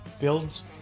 builds